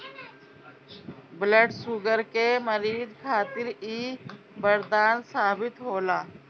blood sugar के मरीज खातिर इ बरदान साबित होला